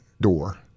door